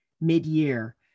mid-year